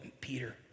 Peter